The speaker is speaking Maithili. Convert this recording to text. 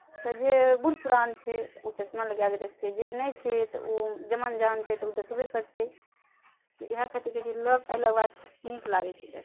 तऽ जे बूढ़ पुरान छै तऽ ओ चश्मा लागाए कऽ देखतै जे नहि छै तऽ ओ जवान जहान छै तऽ ओ देखबे करतै इएह खातिर कहै छियै लग अयलाके बाद नीक लागै छै